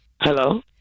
Hello